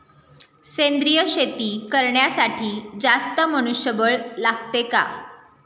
सेंद्रिय शेती करण्यासाठी जास्त मनुष्यबळ लागते का?